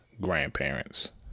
grandparents